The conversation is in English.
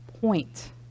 point